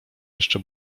jeszcze